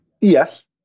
Yes